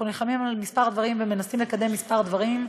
אנחנו נלחמים על כמה דברים ומנסים לקדם כמה דברים,